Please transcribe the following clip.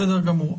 בסדר גמור.